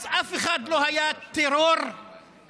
אז אף אחד לא אמר "טרור ההדברה",